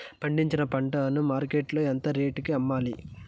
పండించిన పంట ను మార్కెట్ లో ఎంత రేటుకి అమ్మాలి?